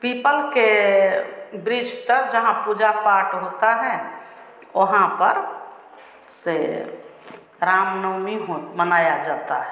people के वृक्ष तर जहाँ पूजा पाठ होता है वहाँ पर से रामनवमी हो मनाई जाती है